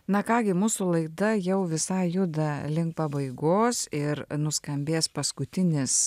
na ką gi mūsų laida jau visai juda link pabaigos ir nuskambės paskutinis